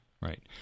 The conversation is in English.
right